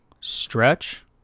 stretch